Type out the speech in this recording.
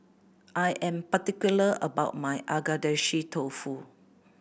I am particular about my Agedashi Dofu